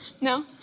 no